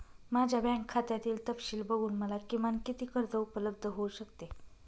माझ्या बँक खात्यातील तपशील बघून मला किमान किती कर्ज उपलब्ध होऊ शकते?